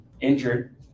injured